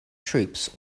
troops